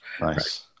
Nice